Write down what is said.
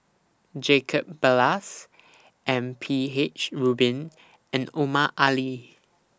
Jacob Ballas M P H Rubin and Omar Ali